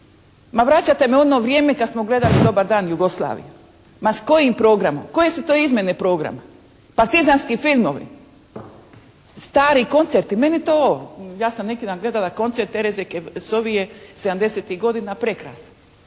Ma vraćate me u ono vrijeme kad smo gledali «Dobar dan Jugoslavijo». Ma s kojim programom? Koje su to izmjene programa? Partizanski filmovi. Stari koncerti. Meni to, ja sam neki dan gledala koncert Tereze Kesovije iz sedamdesetih